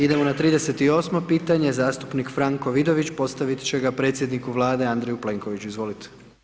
Idemo na 38. pitanje zastupnik Franko Vidović postavit će ga predsjedniku Vlade Andreju Plenkoviću, izvolite.